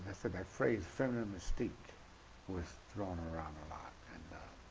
said that phrase efeminine mystiquei was thrown around a lot,